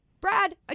Brad